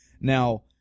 Now